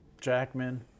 Jackman